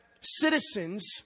citizens